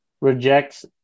Rejects